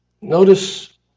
Notice